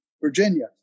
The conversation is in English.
Virginia